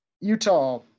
Utah